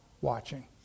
watching